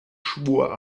schwur